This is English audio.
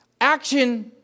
Action